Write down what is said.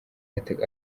ariko